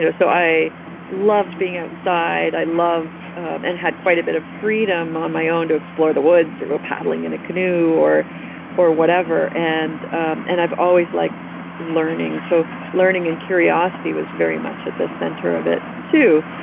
yeah so i loved being outside. i loved and had quite a bit of freedom on my own to explore the woods, or go paddling in a canoe, or or whatever. and ah and i've always liked learning, so learning and curiosity was very much at the center of it, too,